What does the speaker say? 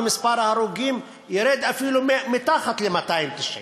ומספר ההרוגים ירד אפילו מתחת ל-290.